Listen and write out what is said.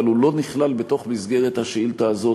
אבל הוא לא נכלל במסגרת השאילתה הזאת.